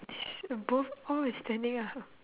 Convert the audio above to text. this uh both all is standing up